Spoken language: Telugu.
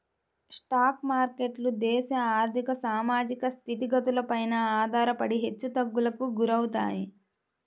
స్టాక్ మార్కెట్లు దేశ ఆర్ధిక, సామాజిక స్థితిగతులపైన ఆధారపడి హెచ్చుతగ్గులకు గురవుతాయి